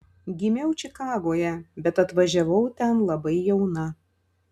gimiau čikagoje bet atvažiavau ten labai jauna